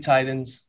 Titans